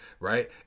Right